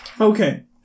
okay